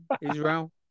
Israel